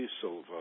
Silva